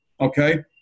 okay